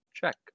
Check